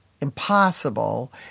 impossible